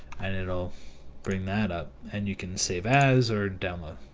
and it'll bring that up, and you can save as or demo.